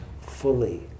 fully